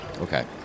Okay